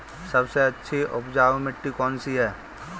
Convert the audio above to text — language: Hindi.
सबसे अच्छी उपजाऊ मिट्टी कौन सी है?